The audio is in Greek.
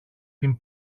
την